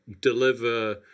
deliver